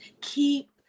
keep